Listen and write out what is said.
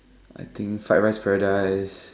I think fried-rice-paradise